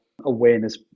awareness